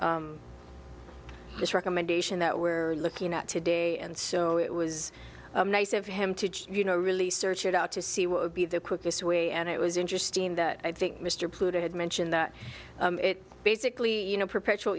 this this recommendation that we're looking at today and so it was nice of him to you know really search it out to see what would be the quickest way and it was interesting that i think mr pluta had mentioned that basically you know perpetual